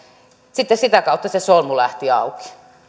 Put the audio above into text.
sitten sitä kautta se solmu lähti auki